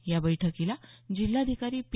या बैठकीला जिल्हाधिकारी पी